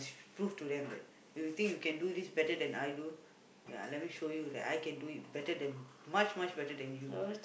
prove to them that you think you can do this better than I do ya let me show you that I can do it better than much much better than you